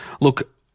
Look